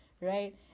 right